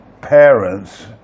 parents